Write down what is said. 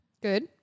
Good